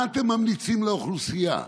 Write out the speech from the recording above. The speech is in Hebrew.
מה אתם ממליצים לאוכלוסייה,